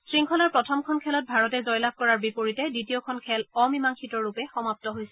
শংখলাৰ প্ৰথমখন খেলত ভাৰতে জয়লাভ কৰাৰ বিপৰীতে দ্বিতীয়খন খেল অমীমাংসিতৰূপে সমাপ্ত হৈছিল